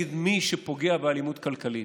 כנגד מי שפוגע באלימות כלכלית.